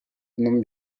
non